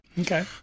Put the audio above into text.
Okay